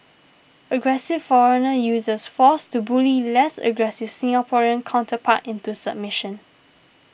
aggressive foreigner uses force to bully less aggressive Singaporean counterpart into submission